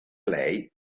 lei